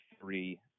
three